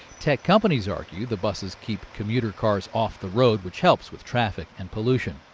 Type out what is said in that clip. tech companies argue the buses keep commuter cars off the road, which helps with traffic and pollution.